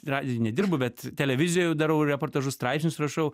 radijuj nedirbu bet televizijoj jau darau reportažus straipsnius rašau